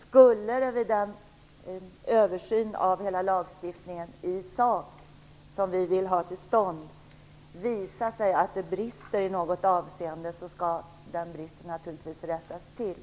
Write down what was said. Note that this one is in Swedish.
Skulle det vid en översyn av hela lagstiftningen i sak, som vi vill ha till stånd, visa sig att det brister i något avseende skall den bristen naturligtvis rättas till.